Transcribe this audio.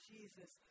Jesus